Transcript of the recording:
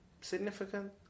significant